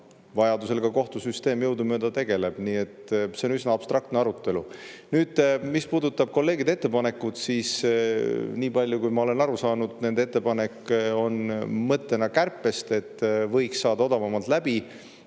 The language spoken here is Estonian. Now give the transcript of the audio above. vajadusel ka kohtusüsteem jõudumööda tegeleb. See on üsna abstraktne arutelu. Nüüd, mis puudutab kolleegide ettepanekut, siis niipalju, kui ma olen aru saanud, on nende ettepanek kärpe kohta selline, et võiks saada odavamalt läbi,